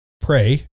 pray